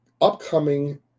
upcoming